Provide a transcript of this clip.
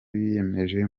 biyemeje